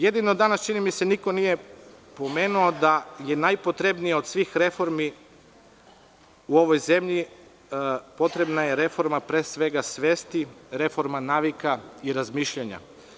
Jedino danas, čini mi se, niko nije pomenuo da je najpotrebnija od svih reformi u ovoj zemlji reforma, pre svega, svesti, reforma navika i razmišljanja.